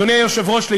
אדוני היושב-ראש,